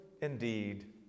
indeed